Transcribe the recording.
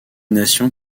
nations